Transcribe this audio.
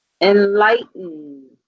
Enlighten